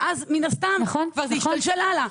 ואז מן הסתם זה כבר ישתלשל הלאה.